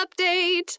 update